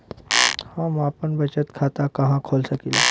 हम आपन बचत खाता कहा खोल सकीला?